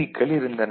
க்கள் இருந்தன